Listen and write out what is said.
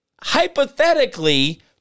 hypothetically